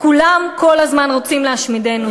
כולם כל הזמן רוצים להשמידנו.